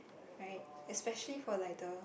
right especially for like the